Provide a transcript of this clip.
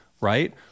right